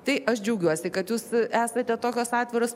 tai aš džiaugiuosi kad jūs esate tokios atviros